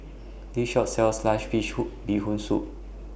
This Shop sells Sliced Fish Who Bee Hoon Soup